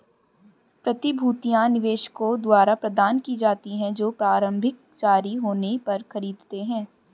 प्रतिभूतियां निवेशकों द्वारा प्रदान की जाती हैं जो प्रारंभिक जारी होने पर खरीदते हैं